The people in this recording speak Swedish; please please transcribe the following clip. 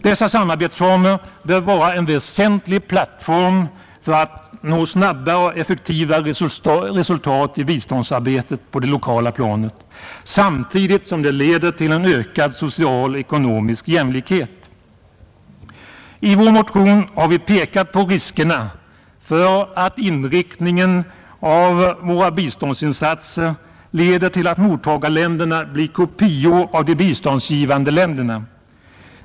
Dessa samarbetsformer bör vara en väsentlig plattform för att nå snabbare och effektivare resultat i biståndsarbetet på det lokala planet samtidigt som de leder till en ökad social och ekonomisk jämlikhet. I vår motion har vi pekat på riskerna för att inriktningen av våra biståndsinsatser leder till att mottagarländerna blir kopior av de biståndsgivande länderna.